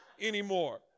anymore